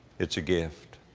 it's a gift.